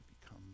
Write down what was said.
become